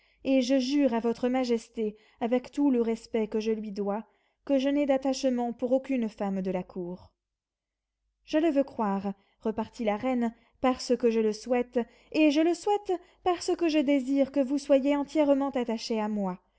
et je jure à votre majesté avec tout le respect que je lui dois que je n'ai d'attachement pour aucune femme de la cour je le veux croire repartit la reine parce que je le souhaite et je le souhaite parce que je désire que vous soyez entièrement attaché à moi